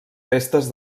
restes